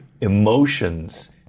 emotions